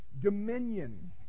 dominion